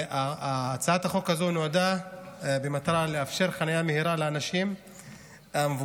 הצעת החוק הזו נועדה לאפשר חניה מהירה לאנשים מבוגרים,